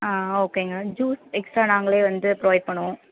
ஆ ஓகேங்க juice extra நாங்களே வந்து ப்ரொவைட் பண்ணுவோம்